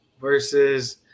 versus